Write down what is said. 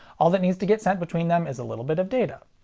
all that needs to get sent between them is a little bit of data.